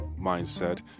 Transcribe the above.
mindset